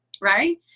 Right